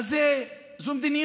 אבל זאת מדיניות